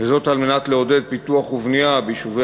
וזאת כדי לעודד פיתוח ובנייה ביישובי